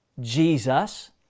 Jesus